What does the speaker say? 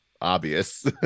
obvious